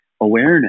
awareness